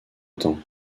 temps